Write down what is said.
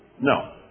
No